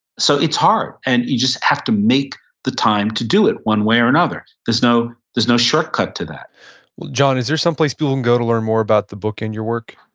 so it's hard, and you just have to make the time to do it one way or another. there's no there's no shortcut to that john, is there someplace people can and go to learn more about the book and your work?